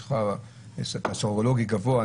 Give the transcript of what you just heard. יש לך סרולוגי גבוה,